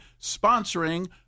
sponsoring